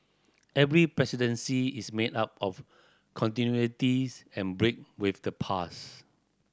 every presidency is made up of continuities and break with the past